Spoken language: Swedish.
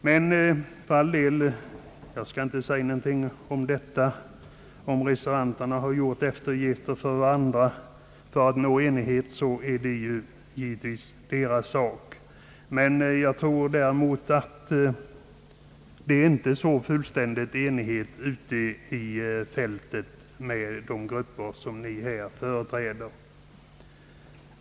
Men för all del — jag skall inte rikta någon kritik mot detta; om reservanterna gjort ömsesidiga eftergifter för att nå enighet är det givetvis deras sak. Däremot tror jag att enigheten ute på fältet inte är så fullständig inom de grupper som man på den borgerliga sidan företräder.